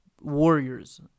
warriors